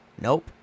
Nope